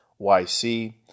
YC